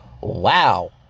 Wow